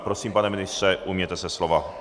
Prosím, pane ministře, ujměte se slova.